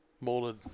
molded